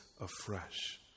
afresh